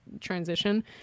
transition